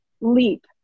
leap